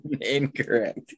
incorrect